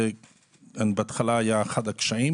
אנחנו שוכחים דבר מאוד פשוט: